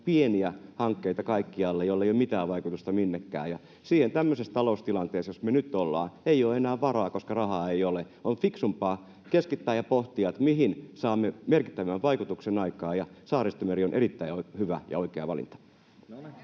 pieniä hankkeita, joilla ei ole mitään vaikutusta minnekään. Siihen tämmöisessä taloustilanteessa, jossa me nyt ollaan, ei ole enää varaa, koska rahaa ei ole. On fiksumpaa keskittää ja pohtia, mihin saamme merkittävän vaikutuksen aikaan, ja Saaristomeri on erittäin hyvä ja oikea valinta.